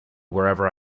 wherever